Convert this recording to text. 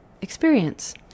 experience